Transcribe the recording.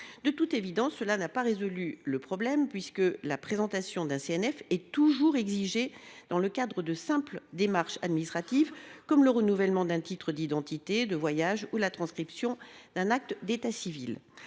De toute évidence, cela n’a pas résolu le problème, puisque la présentation d’un CNF est toujours exigée dans le cadre de simples démarches administratives comme le renouvellement d’un titre d’identité, de voyage, ou la transcription d’un acte d’état civil.